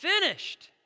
finished